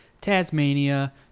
Tasmania